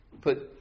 put